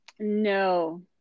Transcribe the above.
no